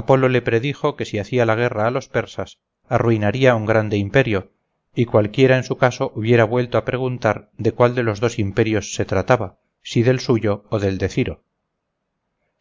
apolo lo predijo que si hacía la guerra a los persas arruinaría un grande imperio y cualquiera en su caso hubiera vuelto a preguntar de cuál de los dos imperios se trataba si del suyo o del de ciro